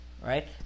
right